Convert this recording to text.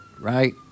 right